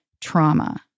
trauma